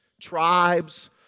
tribes